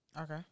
Okay